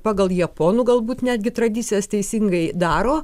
pagal japonų galbūt netgi tradicijas teisingai daro